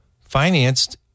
financed